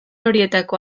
horietako